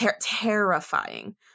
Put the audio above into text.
terrifying